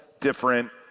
different